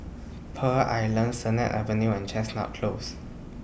Pearl Island Sennett Avenue and Chestnut Close